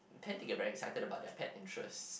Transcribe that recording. tend to get very excited about their pet interest